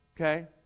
okay